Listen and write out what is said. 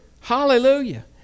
Hallelujah